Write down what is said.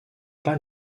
pas